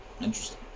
Interesting